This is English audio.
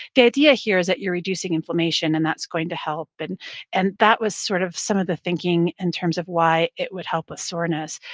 the idea here is that you're reducing inflammation, and that's going to help. and and that was sort of some of the thinking in terms of why it would help with soreness,